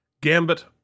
Gambit